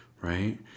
right